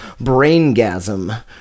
braingasm